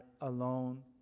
alone